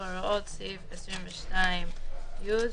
הוראות סעיף 22י. " לגבי סעיף 22י,